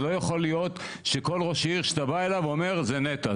זה לא יכול להיות שכול ראש עיר שאתה בא אליו אומר שזה נת"ע,